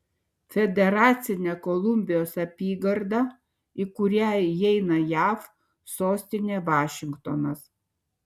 federacinė kolumbijos apygarda į kurią įeina jav sostinė vašingtonas